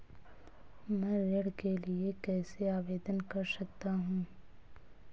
मैं ऋण के लिए कैसे आवेदन कर सकता हूं?